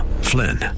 Flynn